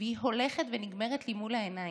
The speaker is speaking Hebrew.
והיא הולכת ונגמרת לי מול העיניים.